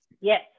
Yes